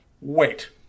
wait